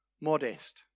modest